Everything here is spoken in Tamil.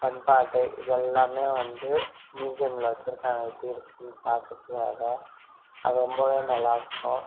பண்பாடு இது எல்லாமே வந்து மியூசியமில் வச்சுருக்காங்க எப்படி இருக்குதுனு பார்க்குறதுக்காக அது ரொம்பவே நல்லாயிருக்கும்